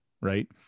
Right